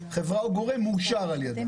חברה או גורם מאושר על ידה.